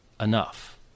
enough